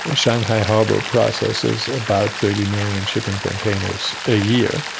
ah shanghai harbour processes about thirty million shipping containers a year,